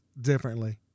differently